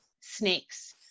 snakes